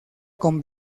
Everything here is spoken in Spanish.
con